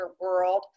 world